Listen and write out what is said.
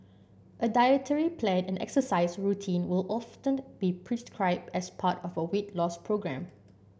a dietary plan and exercise routine will often be prescribed as part of a weight loss programme